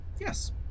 yes